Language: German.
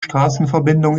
straßenverbindung